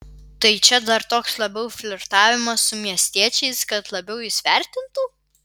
tai čia dar toks labiau flirtavimas su miestiečiais kad labiau jus vertintų